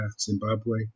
Zimbabwe